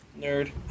nerd